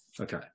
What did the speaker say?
okay